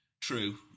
True